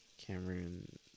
Cameron